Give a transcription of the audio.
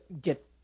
get